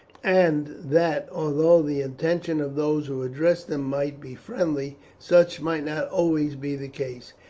and that although the intention of those who addressed them might be friendly, such might not always be the case,